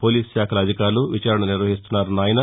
పోలీసుశాఖల అధికారులు విచారణ నిర్వహిస్తున్నారన్న ఆయన